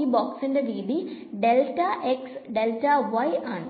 ഈ ബോക്സിന്റെ വീതി ആണ്